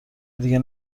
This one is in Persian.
دیگه